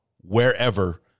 wherever